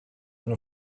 than